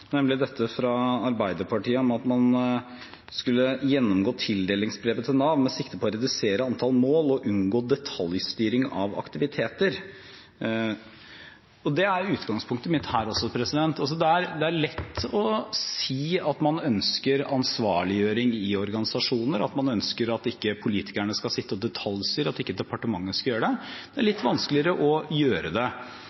nemlig dette fra Arbeiderpartiet om at man skulle gjennomgå tildelingsbrevet til Nav med sikte på å redusere antall mål og unngå detaljstyring av aktiviteter, og det er utgangspunktet mitt også her. Det er lett å si at man ønsker ansvarliggjøring i organisasjoner, at man ønsker at ikke politikerne skal sitte og detaljstyre, og at ikke departementet skal gjøre det. Det er